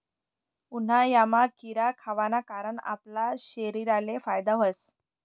उन्हायामा खीरा खावाना कारण आपला शरीरले फायदा व्हस